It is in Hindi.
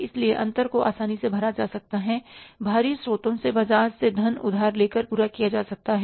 इसलिए अंतर को आसानी से भरा जा सकता है बाहरी स्रोतों से बाजार से धन उधार लेकर पूरा किया जा सकता है